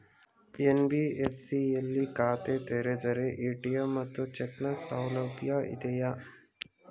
NBFC ಯಲ್ಲಿ ಖಾತೆ ತೆರೆದರೆ ಎ.ಟಿ.ಎಂ ಮತ್ತು ಚೆಕ್ ನ ಸೌಲಭ್ಯ ಇದೆಯಾ?